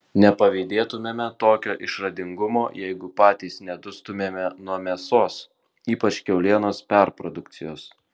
nepavydėtumėme tokio išradingumo jeigu patys nedustumėme nuo mėsos ypač kiaulienos perprodukcijos